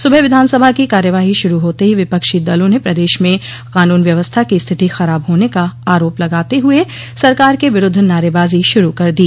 सुबह विधानसभा की कार्यवाही शुरू होते ही विपक्षी दलों ने प्रदेश में कानून व्यवस्था की स्थिति खराब होने का आरोप लगाते हुए सरकार के विरूद्ध नारेबाजो शुरू कर दी